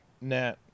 Nat